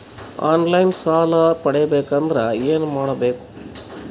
On line ಸಾಲ ಪಡಿಬೇಕಂದರ ಏನಮಾಡಬೇಕು?